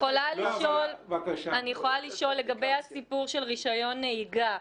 אני מבקשת לשאול לגבי הסיפור של רישיון נהיגה.